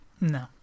No